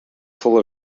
full